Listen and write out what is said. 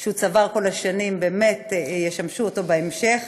שהוא צבר כל השנים באמת ישמשו אותו בהמשך.